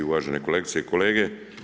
Uvažene kolegice i kolege.